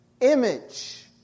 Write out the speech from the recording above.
image